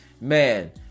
Man